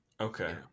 okay